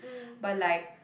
but like